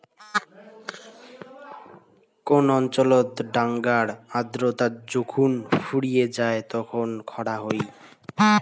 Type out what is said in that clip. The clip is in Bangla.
কোন অঞ্চলত ডাঙার আর্দ্রতা যখুন ফুরিয়ে যাই তখন খরা হই